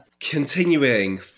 Continuing